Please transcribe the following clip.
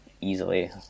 easily